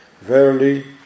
verily